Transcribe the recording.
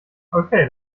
okay